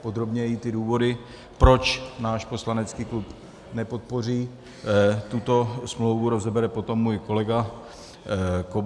Podrobněji důvody, proč náš poslanecký klub nepodpoří tuto smlouvu, rozebere potom můj kolega Kobza.